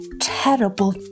terrible